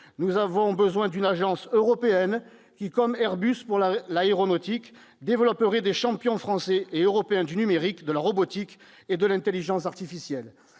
Nous avons besoin d'une agence européenne, qui développerait, comme Airbus pour l'aéronautique, des champions français et européens du numérique, de la robotique et de l'intelligence artificielle.